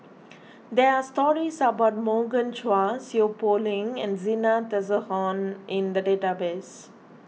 there are stories about Morgan Chua Seow Poh Leng and Zena Tessensohn in the database